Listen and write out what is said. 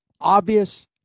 obvious